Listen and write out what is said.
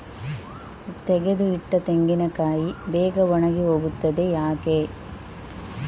ತೆಗೆದು ಇಟ್ಟ ತೆಂಗಿನಕಾಯಿ ಬೇಗ ಒಣಗಿ ಹೋಗುತ್ತದೆ ಯಾಕೆ?